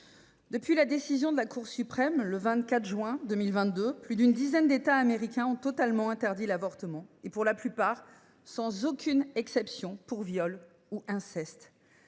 depuis la décision rendue par la Cour suprême le 24 juin 2022, plus d’une dizaine d’États américains ont totalement interdit l’avortement, pour la plupart sans aucune exception, même en cas